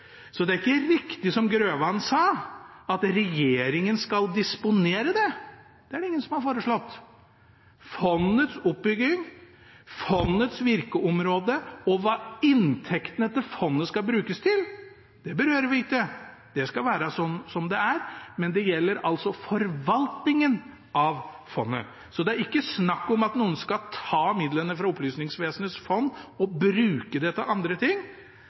Det er ikke riktig som Grøvan sa, at regjeringen skal disponere det. Det er det ingen som har foreslått. Fondets oppbygging, fondets virkeområde og hva inntektene til fondet skal brukes til, berører vi ikke. Det skal være som det er, men det gjelder altså forvaltningen av fondet. Det er ikke snakk om at noen skal ta midlene fra Opplysningsvesenets fond og bruke dem til andre ting.